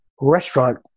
restaurant